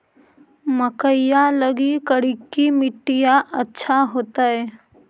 मकईया लगी करिकी मिट्टियां अच्छा होतई